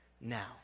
now